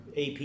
AP